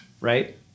right